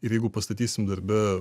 ir jeigu pastatysim darbe